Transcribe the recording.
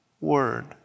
word